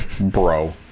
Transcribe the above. Bro